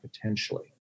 potentially